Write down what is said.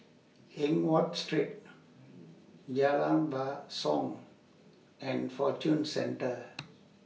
Eng Watt Street Jalan Basong and Fortune Centre